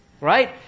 Right